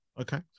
okay